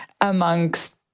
amongst